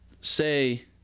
say